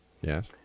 Yes